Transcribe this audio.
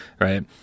right